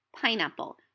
pineapple